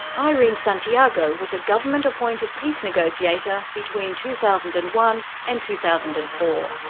irene santiago was a government-appointed peace negotiator between two thousand and one and two thousand and four.